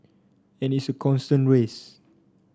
and it's a constant race